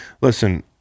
Listen